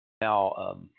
Now